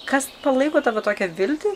kas palaiko tavo tokią viltį